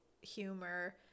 humor